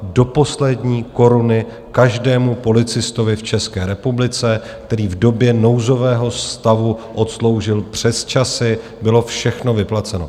Do poslední koruny každému policistovi v České republice, který v době nouzového stavu odsloužil přesčasy, bylo všechno vyplaceno.